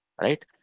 right